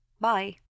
Bye